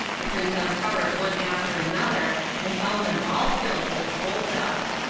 the prince uncovered one after another, and found them all filled with gold dust.